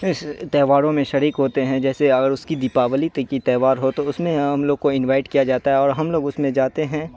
اس تہواروں میں شریک ہوتے ہیں جیسے اگر اس کی دیپاولی کی تہوار ہو تو اس میں ہم لوگ کو انوائٹ کیا جاتا ہے اور ہم لوگ اس میں جاتے ہیں